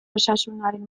osasunaren